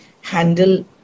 handle